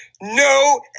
No